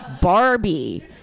Barbie